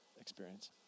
experience